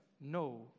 no